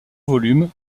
volumes